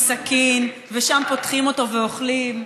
עם סכין ושם פותחים אותו ואוכלים.